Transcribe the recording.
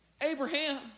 Abraham